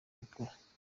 gukura